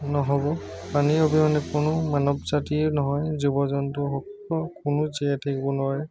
নহ'ব পানী অবিহনে কোনো মানৱ জাতিয়ে নহয় জীৱ জন্তু কোনো জীয়াই থাকিব নোৱাৰে